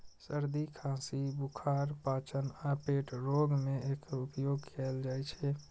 सर्दी, खांसी, बुखार, पाचन आ पेट रोग मे एकर उपयोग कैल जाइ छै